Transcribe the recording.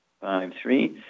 Five-three